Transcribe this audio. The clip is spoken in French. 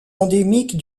endémique